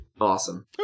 Awesome